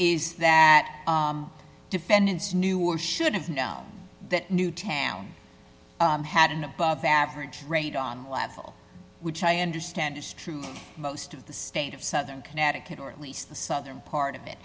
is that defendants knew or should have known that newtown had an above average rate on a level which i understand is true most of the state of southern connecticut or at least the southern part of